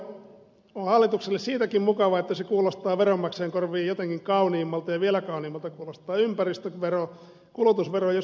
koulutusvero on hallitukselle siitäkin mukava että se kuulostaa veronmaksajien korviin jotenkin kauniimmalta ja vielä kauniimmalta kuulostavat ympäristövero kulutusvero jos mikään